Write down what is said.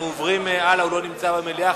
אנחנו עוברים הלאה, הוא לא נמצא במליאה.